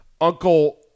uncle